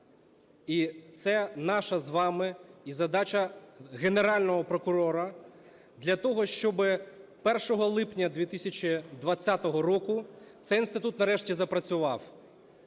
І це наша з вами і задача Генерального прокурора для того, щоби 1 липня 2020 року цей інститут нарешті запрацював.